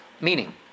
Meaning